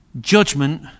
judgment